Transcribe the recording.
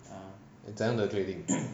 怎样的 trading